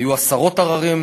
היו עשרות עררים.